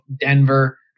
Denver